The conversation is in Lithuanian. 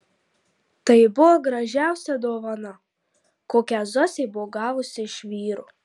tai buvo gražiausia dovana kokią zosė buvo gavusi iš vyro